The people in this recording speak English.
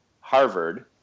Harvard